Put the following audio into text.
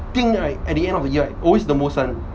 think right at the end of the year right always the most one